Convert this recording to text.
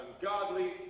ungodly